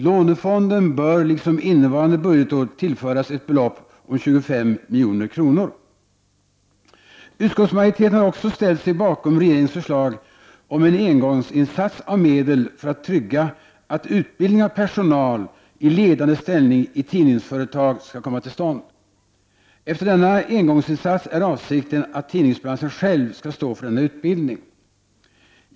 Lånefonden bör liksom innevarande budgetår tillföras ett belopp om 25 milj.kr. Utskottsmajoriteten har ställt sig bakom regeringens förslag om en engångsinsats av medel för att trygga att utbildning av personal i ledande ställning i tidningsföretag skall komma till stånd. Efter denna engångsinsats är avsikten att tidningsbranschen själv skall stå för denna utbildning.